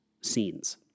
scenes